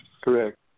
Correct